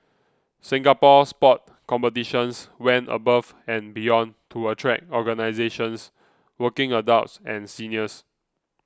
Singapore Sport Competitions went above and beyond to attract organisations working adults and seniors